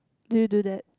do you do that